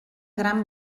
gran